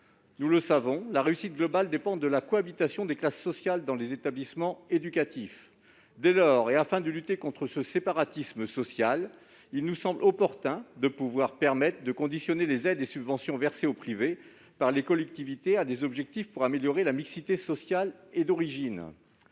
Nous le savons, la réussite globale dépend de la cohabitation des classes sociales dans les établissements éducatifs. Dès lors, afin de lutter contre le séparatisme social, il nous semble opportun de permettre de conditionner les aides et subventions versées, par les collectivités, aux établissements privés à des objectifs d'amélioration de la mixité sociale et d'origine.